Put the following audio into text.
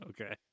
Okay